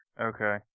Okay